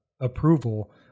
approval